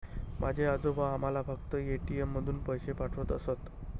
माझे आजोबा आम्हाला फक्त ए.टी.एम मधून पैसे पाठवत असत